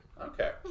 Okay